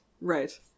Right